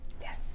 yes